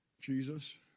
Jesus